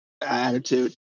attitude